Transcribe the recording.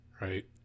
right